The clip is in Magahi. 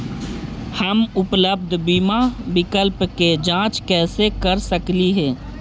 हम उपलब्ध बीमा विकल्प के जांच कैसे कर सकली हे?